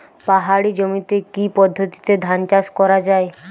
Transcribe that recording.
পাহাড়ী জমিতে কি পদ্ধতিতে ধান চাষ করা যায়?